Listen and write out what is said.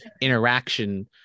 interaction